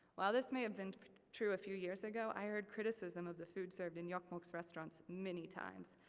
while this may have been true a few years ago, i heard criticism of the food served in jokkmokk's restaurants many times.